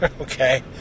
okay